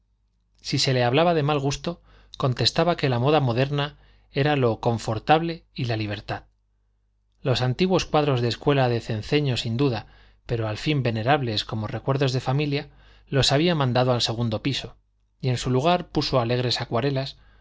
si se le hablaba de mal gusto contestaba que la moda moderna era lo confortable y la libertad los antiguos cuadros de la escuela de cenceño sin duda pero al fin venerables como recuerdos de familia los había mandado al segundo piso y en su lugar puso alegres acuarelas